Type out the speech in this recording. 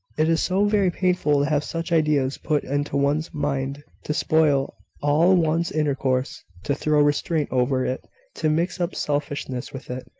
it is so very painful to have such ideas put into one's mind, to spoil all one's intercourse to throw restraint over it to mix up selfishness with it!